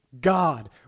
God